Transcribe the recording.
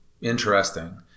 interesting